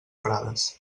prades